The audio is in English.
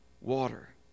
water